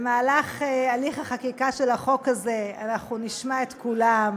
בהליך החקיקה של החוק הזה אנחנו נשמע את כולם,